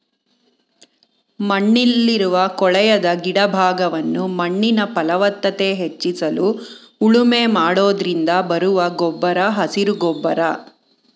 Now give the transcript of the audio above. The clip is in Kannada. ಮಣ್ಣಲ್ಲಿರುವ ಕೊಳೆಯದ ಗಿಡ ಭಾಗವನ್ನು ಮಣ್ಣಿನ ಫಲವತ್ತತೆ ಹೆಚ್ಚಿಸಲು ಉಳುಮೆ ಮಾಡೋದ್ರಿಂದ ಬರುವ ಗೊಬ್ಬರ ಹಸಿರು ಗೊಬ್ಬರ